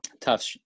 tough